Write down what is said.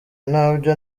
nabyo